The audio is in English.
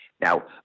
Now